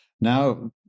Now